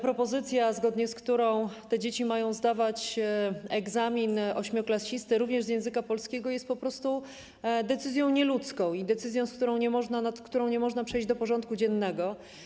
Propozycja, zgodnie z którą te dzieci mają zdawać egzamin ośmioklasisty również z języka polskiego, jest po prostu decyzją nieludzką i decyzją, nad którą nie można przejść do porządku dziennego.